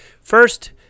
First